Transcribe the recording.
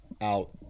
out